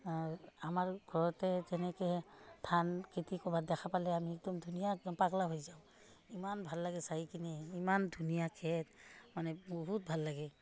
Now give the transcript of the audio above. আমাৰ ঘৰতে যেনেকৈ ধান খেতি ক'ৰবাত দেখা পালে আমি একদম ধুনীয়া একদম পগলা হৈ যাওঁ ইমান ভাল লাগে চাই কিনে ইমান ধুনীয়া খেতি মানে বহুত ভাল লাগে